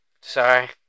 Sorry